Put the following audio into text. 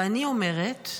ואני אומרת: